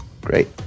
Great